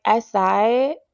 SI